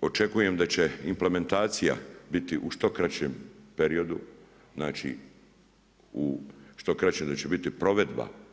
očekujem da će implementacija biti u što kraćem periodu, znači u što kraćem da će biti provedba.